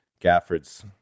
Gafford's